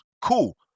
Cool